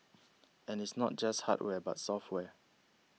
and it's not just hardware but software